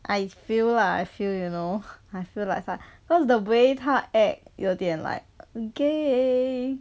feel lah I feel you know I feel like ah because the way 他 act 有点 like gay